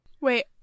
wait